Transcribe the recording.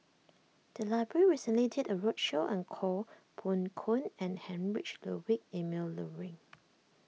the library recently did a roadshow on Koh Poh Koon and Heinrich Ludwig Emil Luering